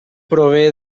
prové